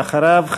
ואחריו,